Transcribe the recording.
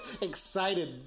excited